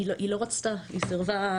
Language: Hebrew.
היא לא רצתה, היא סירבה.